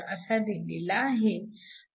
1 mm असा दिलेला आहे